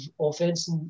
offense